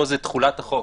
פה זה תחולת החוק.